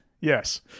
Yes